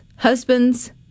Husbands